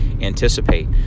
anticipate